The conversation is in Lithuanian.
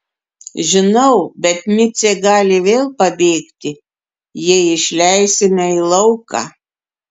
žinau bet micė gali vėl pabėgti jei išleisime į lauką